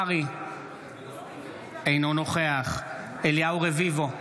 אינו נוכח אליהו רביבו,